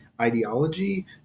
ideology